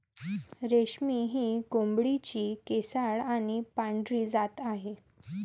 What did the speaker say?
रेशमी ही कोंबडीची केसाळ आणि पांढरी जात आहे